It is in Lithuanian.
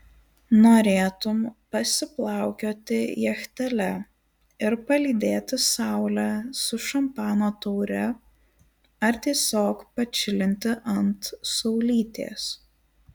norėtum pasiplaukioti jachtele ir palydėti saulę su šampano taure ar tiesiog pačilinti ant saulytės